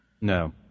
No